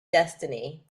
destiny